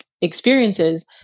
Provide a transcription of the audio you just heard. experiences